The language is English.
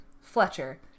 Fletcher